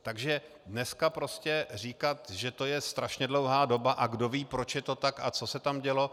Takže dneska prostě říkat, že to je strašně dlouhá doba a kdo ví, proč je to tak a co se tam dělo...